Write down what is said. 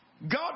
God